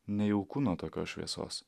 nejauku nuo tokios šviesos